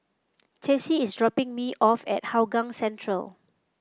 Tessie is dropping me off at Hougang Central